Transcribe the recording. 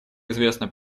известно